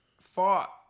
fought